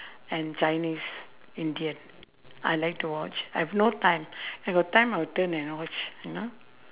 and chinese indian I like to watch I've no time I got time I will turn and watch you know